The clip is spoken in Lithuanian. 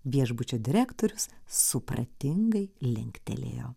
viešbučio direktorius supratingai linktelėjo